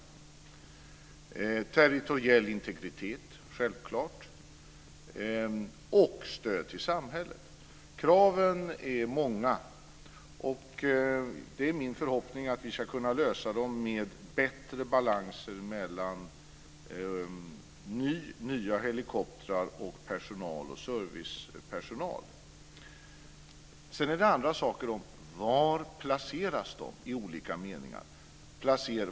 Det finns självklart också krav på territoriell integritet och stöd till samhället. Kraven är många. Det är min förhoppning att vi ska kunna lösa det med bättre balanser mellan nya helikoptrar, personal och servicepersonal. Sedan är det en annan fråga var de placeras i olika meningar.